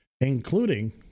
including